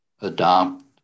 adopt